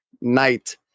night